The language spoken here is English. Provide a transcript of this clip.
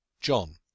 John